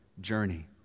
journey